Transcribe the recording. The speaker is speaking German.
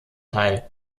teil